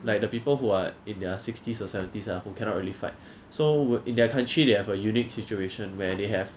like the people who are in their sixties or seventies lah who cannot really fight so we~ in their country they have a unique situation where they have